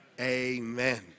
amen